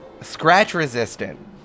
Scratch-resistant